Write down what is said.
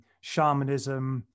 shamanism